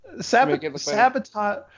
Sabotage